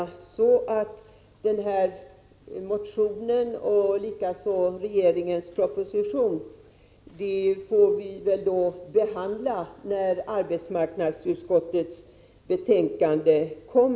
Den motionen liksom regeringens proposition får vi behandla när arbetsmarknadsutskottets betänkande läggs fram.